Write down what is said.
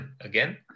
again